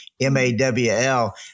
M-A-W-L